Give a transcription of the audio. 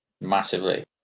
Massively